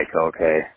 okay